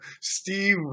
Steve